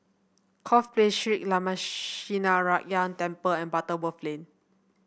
Corfe Place Shree Lakshminarayanan Temple and Butterworth Lane